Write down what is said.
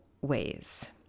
ways